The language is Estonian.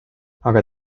aga